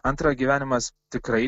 antra gyvenimas tikrai